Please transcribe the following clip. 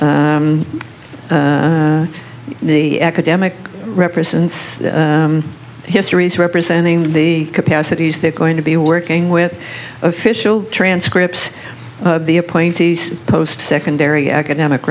the academic represents histories representing the capacities they're going to be working with official transcripts of the appointees post secondary academic